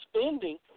spending